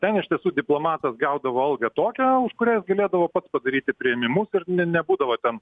ten iš tiesų diplomatas gaudavo algą tokią už kurią jis galėdavo pats padaryti priėmimus ir ne nebūdavo ten